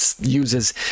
uses